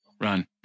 run